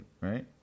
right